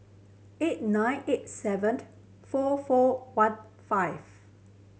eight nine eight seven four four one five